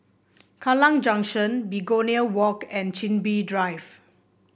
Kallang Junction Begonia Walk and Chin Bee Drive